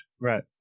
Right